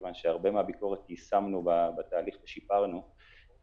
כיוון שהרבה מהביקורת יישמנו בתהליך ושיפרנו בקרן